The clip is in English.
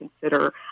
consider